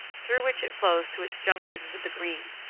through which it flows to its junction with the green.